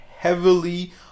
heavily